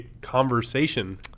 conversation